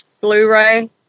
Blu-ray